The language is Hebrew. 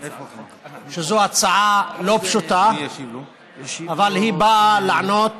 זו הצעה לא פשוטה, אבל היא באה לענות